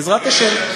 בעזרת השם.